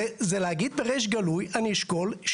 מה שאנחנו רוצים זה לבוא ולהקל על אותם